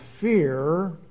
fear